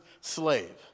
slave